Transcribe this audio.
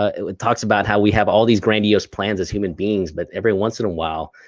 ah it talks about how we have all these grandiose plans as human beings but every once in a while,